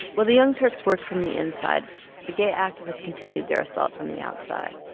while the young turks worked from the inside the gay activists continued their assault from the outside.